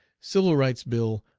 civil rights bill,